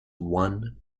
one